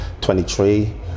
23